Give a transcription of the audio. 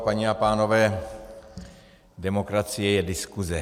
Paní a pánové, demokracie je diskuze.